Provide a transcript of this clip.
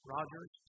Rogers